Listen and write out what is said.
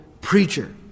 preacher